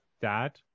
dad